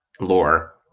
lore